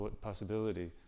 possibility